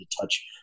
touch